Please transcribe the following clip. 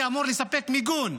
מי אמור לספק מיגון?